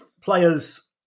players